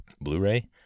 blu-ray